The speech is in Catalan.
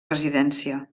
residència